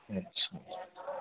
اچھا